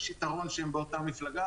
יש יתרון שהם באותה מפלגה,